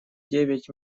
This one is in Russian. девять